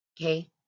Okay